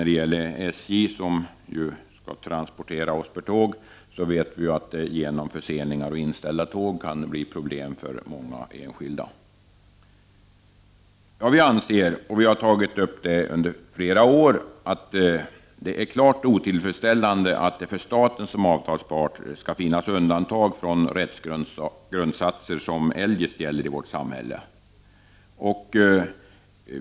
I fråga om SJ, som skall transportera oss med tåg, vet vi att det genom förseningar och inställda tåg kan uppstå problem för många enskilda. Vi anser — och det har vi sagt i flera år — att det är klart otillfredsställande att det för staten som avtalspart skall finnas undantag från rättsgrundsatser som eljest gäller i vårt samhälle.